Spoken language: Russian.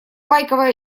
байковое